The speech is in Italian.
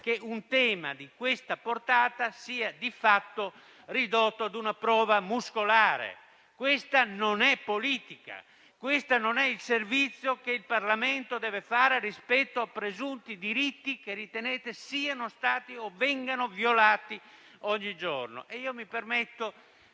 che un tema di questa portata sia di fatto ridotto ad una prova muscolare. Questa non è politica e non è il servizio che il Parlamento deve fare rispetto a presunti diritti, che ritenete siano stati o vengano violati oggigiorno. Consentitemi